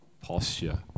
posture